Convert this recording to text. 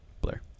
Blair